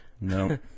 No